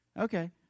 Okay